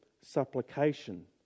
supplication